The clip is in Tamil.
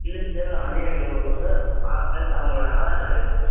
இல்லை சார் அதே நெட்ஒர்க் கொடுப்போம் சார் ப்ளஸ் அவங்களோட ஆதார் கார்டு வேணும் சார்